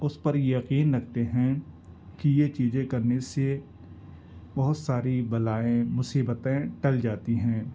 اس پر یقین رکھتے ہیں کہ یہ چیزیں کرنے سے بہت ساری بلائیں مصیبتیں ٹل جاتی ہیں